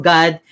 God